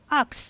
ox